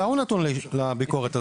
וההוא נתון לביקורת הזאת,